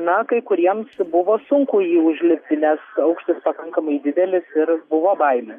na kai kuriems buvo sunku į jį užlipti nes aukštis pakankamai didelis ir buvo baimė